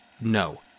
no